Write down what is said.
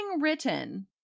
written